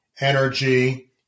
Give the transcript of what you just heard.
energy